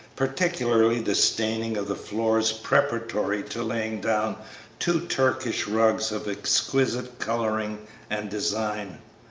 particularly the staining of the floors preparatory to laying down two turkish rugs of exquisite coloring and design.